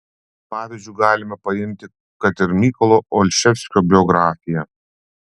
pavyzdžiu galima paimti kad ir mykolo olševskio biografiją